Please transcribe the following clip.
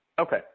Okay